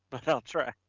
but i'll try.